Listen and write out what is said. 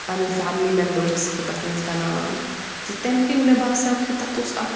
پَنٕنۍ family members ٲسکھ بہٕ تَتھ منٛز بَناوان تہٕ تَمہِ کِنۍ مےٚ باسِیو کہِ تَتھ اوس اَکھ